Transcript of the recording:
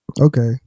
Okay